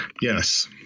Yes